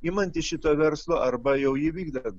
imantis šito verslo arba jau įvykdant